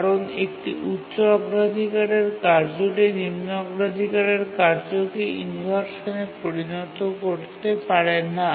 কারণ একটি উচ্চ অগ্রাধিকারের কার্যটি নিম্ন অগ্রাধিকারের কার্যকে ইনভারসানে পরিণত করতে পারে না